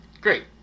great